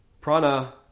Prana